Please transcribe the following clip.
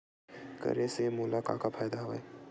करे से मोला का का फ़ायदा हवय?